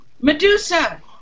Medusa